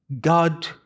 God